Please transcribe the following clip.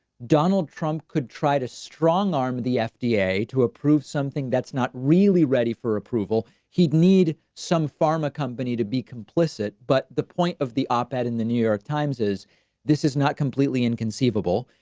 donald trump could try to strong arm the fda to approve something that's not really ready for approval. he'd need some pharma company to be complicit. but the point of the op ed in the new york times is this is not completely inconceivable.